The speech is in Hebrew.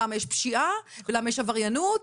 למה יש פשיעה ולמה יש עבריינות,